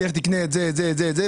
לך תקנה את זה ואת זה,